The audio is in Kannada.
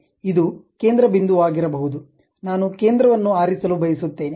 ಇದು ಕೇಂದ್ರ ಬಿಂದುವಾಗಿರಬಹುದು ನಾನು ಕೇಂದ್ರವನ್ನು ಆರಿಸಲು ಬಯಸುತ್ತೇನೆ